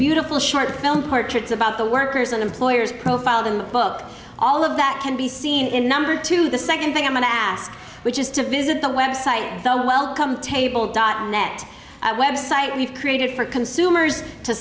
beautiful short film portraits about the workers and employers profiled in the book all of that can be seen in number two the second thing i'm going to ask which is to visit the web site the welcome table dot net website we've created for consumers to